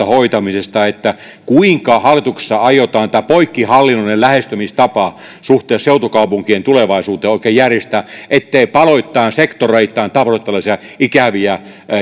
hoitamisesta niin kuinka hallituksessa aiotaan tämä poikkihallinnollinen lähestymistapa suhteessa seutukaupunkien tulevaisuuteen oikein järjestää ettei paloittain sektoreittain tapahdu tällaisia ikäviä